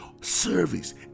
service